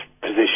position